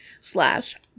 slash